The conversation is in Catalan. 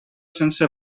sense